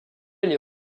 les